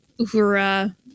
Uhura